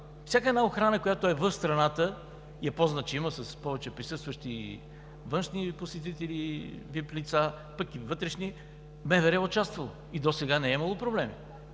всяка охрана, която е в страната и е по-значима, с повече присъстващи и външни посетители, и ВИП лица, пък и вътрешни, МВР е участвало и досега не е имало проблеми.